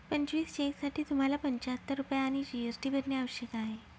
पंचवीस चेकसाठी तुम्हाला पंचाहत्तर रुपये आणि जी.एस.टी भरणे आवश्यक आहे